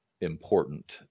important